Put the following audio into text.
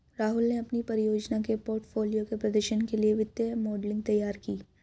राहुल ने अपनी परियोजना के पोर्टफोलियो के प्रदर्शन के लिए वित्तीय मॉडलिंग तैयार की